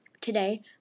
Today